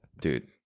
Dude